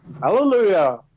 Hallelujah